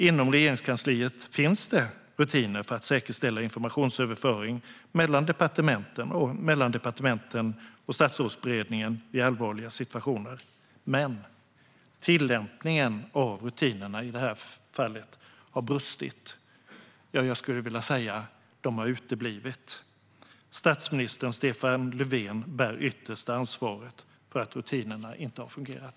Inom Regeringskansliet finns rutiner för att säkerställa informationsöverföring mellan departementen och mellan departementen och Statsrådsberedningen vid allvarliga situationer, men tillämpningen av rutinerna har i detta fall brustit. Jag skulle vilja säga att de har uteblivit. Statsminister Stefan Löfven bär det yttersta ansvaret för att rutinerna inte har fungerat.